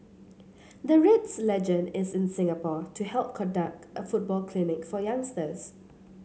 the Reds legend is in Singapore to help conduct a football clinic for youngsters